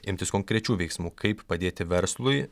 imtis konkrečių veiksmų kaip padėti verslui